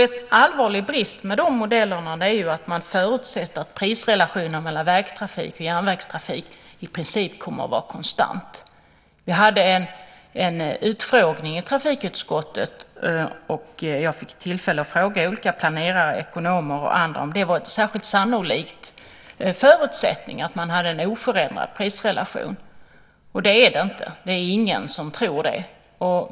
En allvarlig brist med de modellerna är att man förutsätter att prisrelationen mellan vägtrafik och järnvägstrafik i princip kommer att vara konstant. Vi hade en utfrågning i trafikutskottet, och jag fick tillfälle att fråga olika planerare, ekonomer och andra om det var en särskilt sannolik förutsättning att man hade en oförändrad prisrelation. Det är det inte. Det är ingen som tror det.